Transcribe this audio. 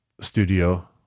studio